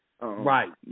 Right